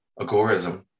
agorism